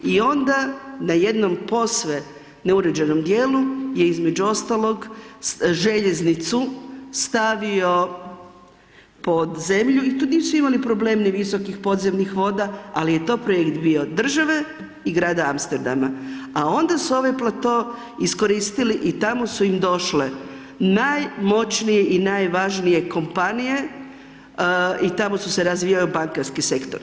I onda na jednom posve neuređenom djelu je između ostalog željeznicu stavio pod zemlju i tu nisu imali problem ni visokih podzemnih voda ali je to projekt bio od države i grada Amsterdama a onda su ovaj plato iskoristili i tamo su im došle najmoćnije i najvažnije kompanije i tamo se razvijao bankarski sektor.